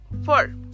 Four